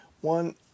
one